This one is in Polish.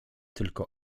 tylko